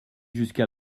jusqu’à